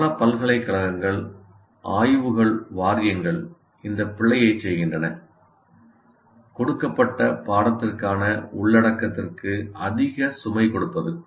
பல பல்கலைக்கழகங்கள் ஆய்வுகள் வாரியங்கள் இந்த பிழையைச் செய்கின்றன கொடுக்கப்பட்ட பாடத்திற்கான உள்ளடக்கத்திற்கு அதிக சுமை கொடுப்பது